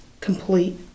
complete